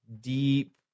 deep